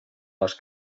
les